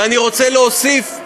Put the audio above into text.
ואם הם לא מעוניינים בפיצוי?